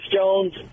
Jones